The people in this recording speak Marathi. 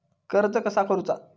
कर्ज कसा करूचा?